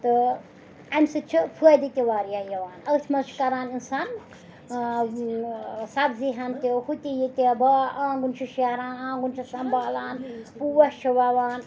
تہٕ اَمہِ سۭتۍ چھِ فٲیدٕ تہِ واریاہ یِوان ٲتھۍ منٛز چھِ کَران اِنسان سَبزی ہَن تہِ ہُتہِ یِتہِ با آنٛگُن چھِ شیران آنٛگُن چھِ سنٛبالان پوش چھِ وَوان